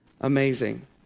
Amazing